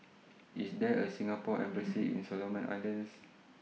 IS There A Singapore Embassy in Solomon Islands